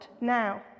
now